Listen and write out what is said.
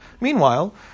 Meanwhile